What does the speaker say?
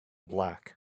black